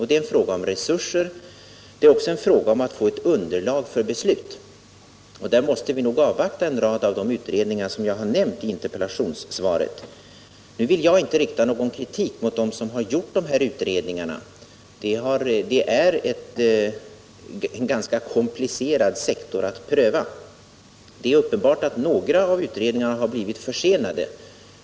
Det är en fråga om resurser, men det är också en fråga om att få underlag för beslut. Och Nr 46 vi måste nog avvakta en rad av de utredningar jag nämnt i interpel Måndagen den lationssvaret. Jag vill nu inte rikta någon kritik mot dem som gjort ut 12 december 1977 redningarna — det är en ganska komplicerad sektor att pröva. Det är I uppenbart att några av utredningarna blivit försenade.